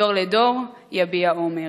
דור לדור יביע אומר".